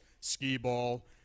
skee-ball